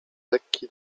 lekki